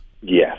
Yes